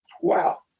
Wow